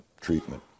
treatment